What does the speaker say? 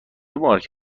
مارک